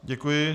Děkuji.